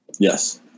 Yes